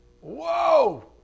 Whoa